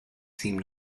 seem